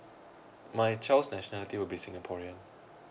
my child's nationality will be singaporean